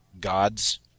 gods